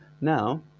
Now